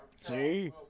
See